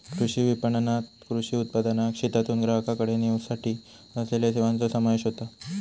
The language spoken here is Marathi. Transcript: कृषी विपणणात कृषी उत्पादनाक शेतातून ग्राहकाकडे नेवसाठी असलेल्या सेवांचो समावेश होता